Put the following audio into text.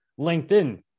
LinkedIn